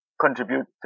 contribute